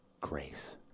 grace